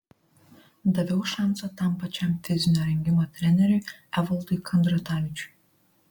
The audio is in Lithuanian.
daviau šansą tam pačiam fizinio rengimo treneriui evaldui kandratavičiui